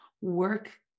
work